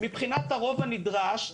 מבחינת הרוב הנדרש,